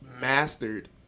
mastered